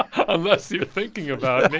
ah unless you're thinking about